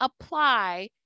apply